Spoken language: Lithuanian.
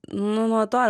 nu nuo to